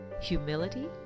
humility